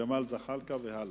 ג'מאל זחאלקה והלאה.